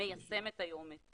מיישמת היום את